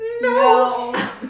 no